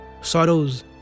sorrows